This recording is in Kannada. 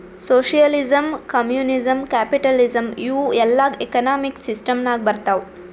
ಸೋಷಿಯಲಿಸಮ್, ಕಮ್ಯುನಿಸಂ, ಕ್ಯಾಪಿಟಲಿಸಂ ಇವೂ ಎಲ್ಲಾ ಎಕನಾಮಿಕ್ ಸಿಸ್ಟಂ ನಾಗ್ ಬರ್ತಾವ್